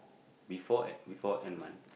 before en~ before end month